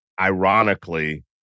ironically